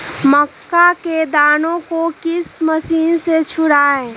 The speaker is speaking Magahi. मक्का के दानो को किस मशीन से छुड़ाए?